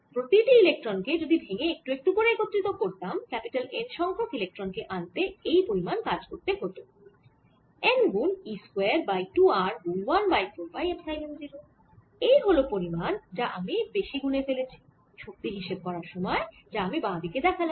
প্রতি টি ইলেক্ট্রন কে যদি ভেঙ্গে একটু একটু করে একত্রিত করতাম N সংখ্যক ইলেক্ট্রন কে আনতে এই পরিমান কাজ করতে হত n গুন e স্কয়ার বাই 2 r গুন 1 বাই 4 পাই এপসাইলন 0 এই হল পরিমান যা আমি বেশি গুনে ফেলেছি শক্তি হিসেব করার সময় যা আমি বাঁ দিকে দেখালাম